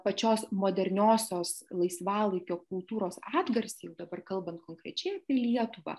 pačios moderniosios laisvalaikio kultūros atgarsiai dabar kalbant konkrečiai apie lietuvą